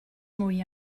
mwy